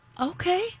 Okay